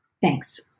Thanks